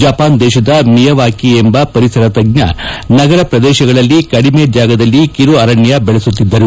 Japan ದೇಶದ Miyawaki ಎಂಬ ಪರಿಸರತಜ್ಞ ನಗರ ಪ್ರದೇಶಗಳಲ್ಲಿ ಕಡಿಮೆ ಜಾಗದಲ್ಲಿ ಕಿರುಅರಣ್ಯ ಬೆಳೆಸುತ್ತಿದ್ದರು